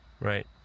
right